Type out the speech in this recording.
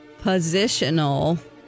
positional